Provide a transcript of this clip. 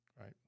Right